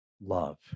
love